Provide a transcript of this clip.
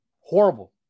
Horrible